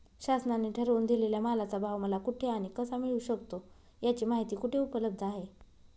शासनाने ठरवून दिलेल्या मालाचा भाव मला कुठे आणि कसा मिळू शकतो? याची माहिती कुठे उपलब्ध आहे?